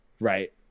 right